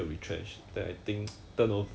ya ya ya